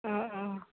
অঁ অঁ